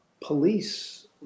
police